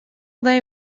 they